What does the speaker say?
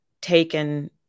taken